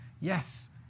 Yes